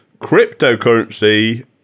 cryptocurrency